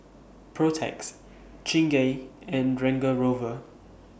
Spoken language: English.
Protex Chingay and Range Rover